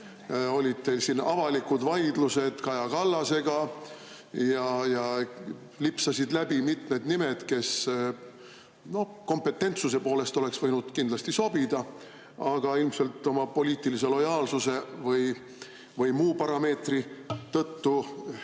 Teil olid avalikud vaidlused Kaja Kallasega ja lipsasid läbi mitmed nimed, kes kompetentsuse poolest oleks võinud kindlasti sobida, aga ilmselt oma poliitilise lojaalsuse või muu parameetri tõttu